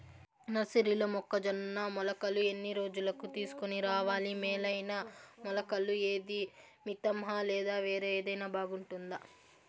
నర్సరీలో మొక్కజొన్న మొలకలు ఎన్ని రోజులకు తీసుకొని రావాలి మేలైన మొలకలు ఏదీ? మితంహ లేదా వేరే ఏదైనా బాగుంటుందా?